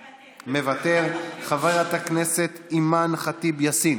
מוותר, חברת הכנסת אימאן ח'טיב יאסין,